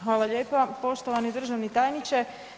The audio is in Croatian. Hvala lijepa poštovani državni tajniče.